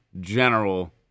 general